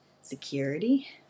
security